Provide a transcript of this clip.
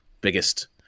biggest